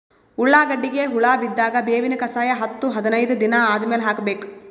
ಉಳ್ಳಾಗಡ್ಡಿಗೆ ಹುಳ ಬಿದ್ದಾಗ ಬೇವಿನ ಕಷಾಯ ಹತ್ತು ಹದಿನೈದ ದಿನ ಆದಮೇಲೆ ಹಾಕಬೇಕ?